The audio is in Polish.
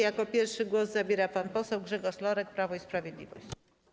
Jako pierwszy głos zabiera pan poseł Grzegorz Lorek, Prawo i Sprawiedliwość.